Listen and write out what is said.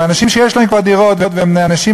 אנשים שיש להם כבר דירות והם אנשים